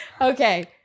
Okay